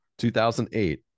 2008